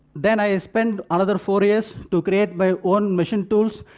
then i spend another four years to create my own machine tools,